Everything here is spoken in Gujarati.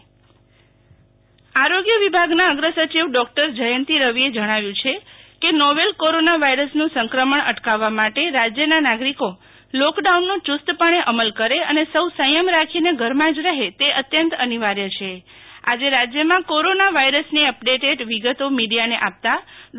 શીતલ વૈષ્ણવ કોરોના અપડેટ આરોગ્ય વિભાગના અગ્રસચિવ ડોક્ટર જયંતિ રવિએ જણાવ્યું છે કે નોવેલ કોરોના વાયરસનું સંક્રમણ અટકાવવા માટે રાજ્યના નાગરિકો લોક ડાઉનનો યુસ્તપણેઅમલ કરે અને સૌ સંયમ રાખીને ઘરમાં જ રહે તે અત્યંત અનિવાર્ય છે આજે રાજ્યમાં કોરોના વાયરસની અપડેટેડ વિગતો મીડિયાને આપતા ડૉ